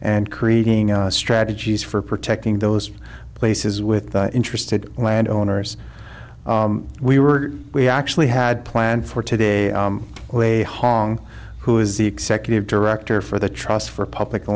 and creating strategies for protecting those places with interested landowners we were we actually had planned for today way hong who is the executive director for the trust for public